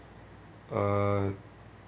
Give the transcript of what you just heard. uh